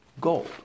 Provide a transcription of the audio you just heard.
gold